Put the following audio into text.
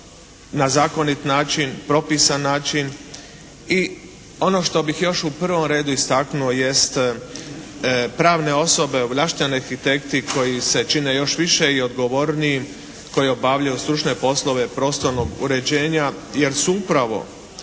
na zakonit način, propisan način i ono što bih još u prvom redu istaknuo jest pravne osobe, ovlašteni arhitekti koji se čine još više i odgovornijim koji obavljaju stručne poslove prostornog uređenja jer su upravo